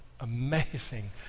amazing